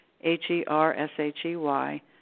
H-E-R-S-H-E-Y